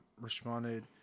responded